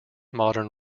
modern